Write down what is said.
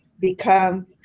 become